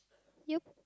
yup